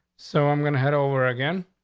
so i'm gonna head over again,